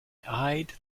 eyed